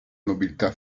nobiltà